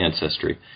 ancestry